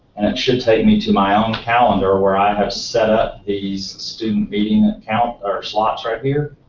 and it should take me to my own calendar, where i have set up these student meeting accounts, or slots right here.